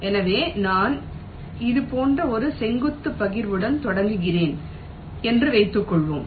எனவே நான் இது போன்ற ஒரு செங்குத்து பகிர்வுடன் தொடங்குகிறேன் என்று வைத்துக்கொள்வோம்